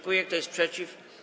Kto jest przeciw?